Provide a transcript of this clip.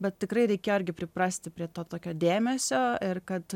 bet tikrai reikėjo irgi priprasti prie to tokio dėmesio ir kad